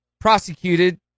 prosecuted